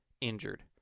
injured